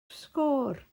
sgôr